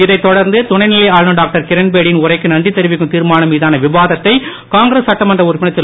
இதை தொடர்ந்து துணைநி ஆளுநர் டாக்டர் கிரண்பேடியின் உரைக்கு நன்றி தெரிவிக்கும் தீர்மானம் மீதான விவாதத்தை காங்கிரஸ் சட்டமன்ற உறுப்பினர் திரு